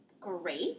great